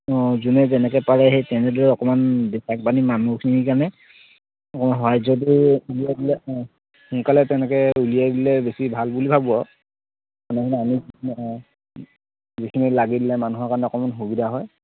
অঁ যোনে যেনেকৈ পাৰে সেই তেনেদৰে অকণমান বেচেৰা বানপানীৰ মানুহখিনিৰ কাৰণে অকমান সহাৰ্যটো উলিয়াই দিলে অঁ সোনকালে তেনেকৈ উলিয়াই দিলে বেছি ভাল বুলি ভাবোঁ আৰু মানে আমি যিখিনি লাগি দিলে মানুহৰ কাৰণে অকমান সুবিধা হয়